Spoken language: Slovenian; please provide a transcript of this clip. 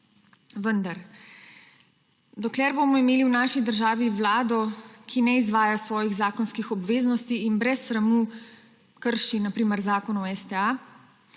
Vendar dokler bomo imeli v naši državi vlado, ki ne izvaja svojih zakonskih obveznosti in brez sramu krši, na primer,